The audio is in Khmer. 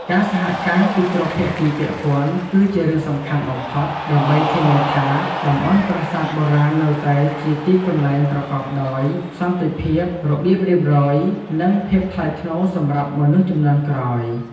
ការសហការពីគ្រប់ភាគីពាក់ព័ន្ធ គឺជារឿងសំខាន់បំផុតដើម្បីធានាថា តំបន់ប្រាសាទបុរាណនៅតែជាទីកន្លែងប្រកបដោយសន្តិភាព របៀបរៀបរយ និងភាពថ្លៃថ្នូរសម្រាប់មនុស្សជំនាន់ក្រោយ។